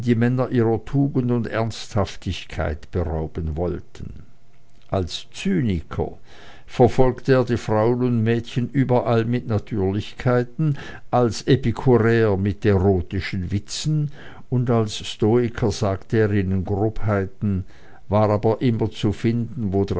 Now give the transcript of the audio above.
männer ihrer tugend und ernsthaftigkeit berauben wollten als cyniker verfolgte er die frauen und mädchen überall mit natürlichkeiten als epikureer mit erotischen witzen und als stoiker sagte er ihnen grobheiten war aber immer zu finden wo